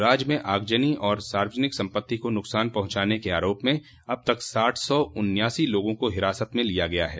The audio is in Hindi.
राज्य में आगजनी और सार्वजनिक संपत्ति को नुकसान पहुंचाने क आरोप में अब तक आठ सौ उन्यासी लोगों को हिरासत म लिया गया है